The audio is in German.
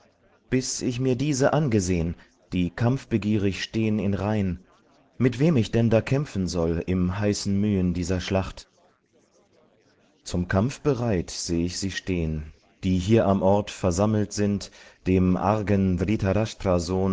bis ich mir diese angesehn die kampfbegierig stehn in rhein mit wem ich denn da kämpfen soll im heißen mühen dieser schlacht zum kampf bereit seh ich sie stehn die hier am ort versammelt sind dem argen